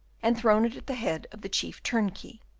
and thrown it at the head of the chief turnkey,